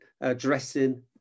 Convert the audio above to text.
addressing